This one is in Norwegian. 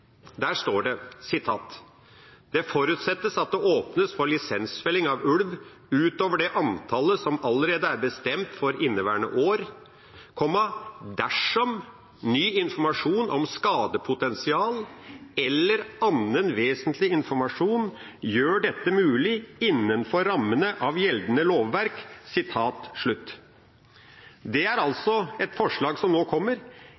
Der står det: «Det forutsettes at det åpnes for lisensfelling av ulv utover det antallet som allerede er bestemt for inneværende år, dersom ny informasjon om skadepotensialet, eller annen vesentlig informasjon gjør dette mulig innenfor rammene av gjeldende lovverk». Det er altså et forslag som nå kommer,